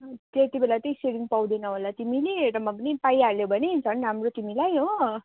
त्यति बेला चाहिँ सेयरिङ पाउँदैनौ होला तिमीले र भए पनि पाइहाल्यौ भने झन राम्रो तिमीलाई हो